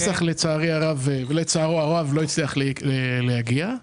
פסח לצערו הרב לא הצליח להגיע.